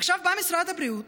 עכשיו בא משרד הבריאות